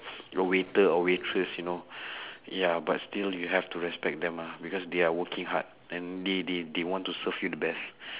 a waiter or waitress you know ya but still you have to respect them ah because they are working hard and they they they want to serve you the best